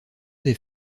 des